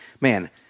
man